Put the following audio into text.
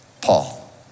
Paul